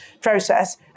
process